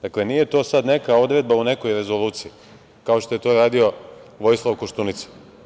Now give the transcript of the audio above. Dakle, nije to sad neka odredba u nekoj rezoluciji, kao što je to radio Vojislav Koštunica.